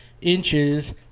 inches